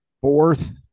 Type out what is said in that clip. Fourth